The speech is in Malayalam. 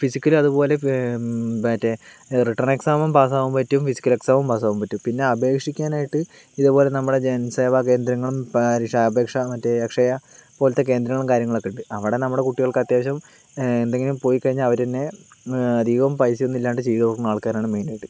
ഫിസിക്കൽ അതുപോലെ മറ്റേ റിട്ടൺ എക്സാമും പാസ്സ് ആവാൻ പറ്റും ഫിസിക്കൽ എക്സാമും പാസ്സാവാൻ പറ്റും പിന്നെ അപേക്ഷിക്കാൻ ആയിട്ട് ഇതേപോലെ നമ്മളെ ജനസേവാ കേന്ദ്രങ്ങളും അപേക്ഷ മറ്റേ അക്ഷയ പോലത്തെ കേന്ദ്രങ്ങളും കാര്യങ്ങളൊക്കെ ഉണ്ട് അവിടെ നമ്മടെ കുട്ടികൾക്ക് അത്യാവശ്യം എന്തെങ്കിലും പോയി കഴിഞ്ഞാൽ അവർ തന്നെ അധികം പൈസയൊന്നുമിലാണ്ട് ചെയ്തു കൊടുക്കണ ആൾക്കാരാണ് മെയിനായിട്ട്